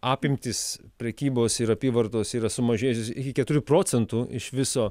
apimtys prekybos ir apyvartos yra sumažėjusios iki keturių procentų iš viso